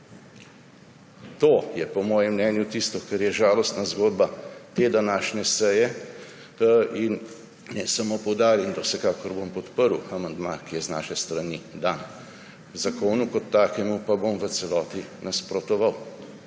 To je po mojem mnenju tisto, kar je žalostna zgodba te današnje seje. Naj samo poudarim, da vsekakor bom podprl amandma, ki je dan z naše strani, zakonu kot takemu pa bom v celoti nasprotoval.